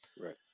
Right